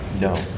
No